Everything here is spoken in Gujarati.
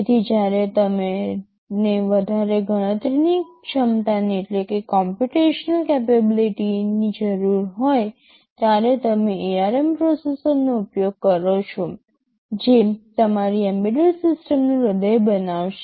તેથી જ્યારે તમને વધારે ગણતરીની ક્ષમતાની જરૂર હોય ત્યારે તમે ARM પ્રોસેસરનો ઉપયોગ કરો છો જે તમારી એમ્બેડેડ સિસ્ટમનું હૃદય બનાવશે